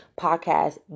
podcast